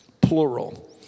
plural